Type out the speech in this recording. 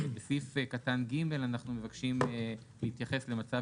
בסעיף קטן (ג) אנחנו מבקשים להתייחס למצב